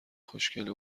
خوشگله